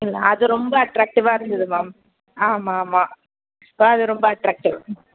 இல்லை அது ரொம்ப அட்ராக்டிவ்வாக இருந்தது மேம் ஆமாம் ஆமாம் இப்போ அது ரொம்ப அட்ராக்டிவ்